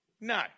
No